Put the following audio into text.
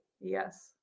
Yes